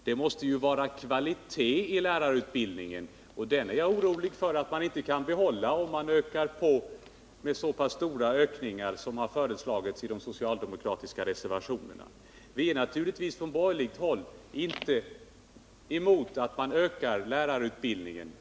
Det måste vara kvalitet i lärarutbildningen, och den är jag orolig för att maninte kan behålla, om vi fattar beslut om så stora ökningar som föreslagits i de socialdemokratiska reservationerna. Från borgerligt håll är vi naturligtvis inte motståndare till att öka lärarutbildningen.